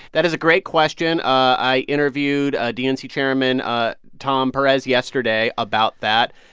that is a great question. i interviewed ah dnc chairman ah tom perez yesterday about that.